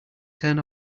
turn